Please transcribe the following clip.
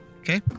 okay